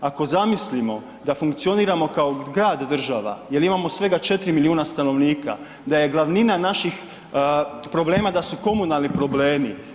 Ako zamislimo da funkcioniramo kao grad država jel imamo svega 4 milijuna stanovnika, da je glavnina naših problema da su komunalni problemi.